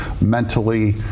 mentally